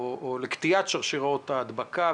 הקריטית לקטיעת שרשראות ההדבקה.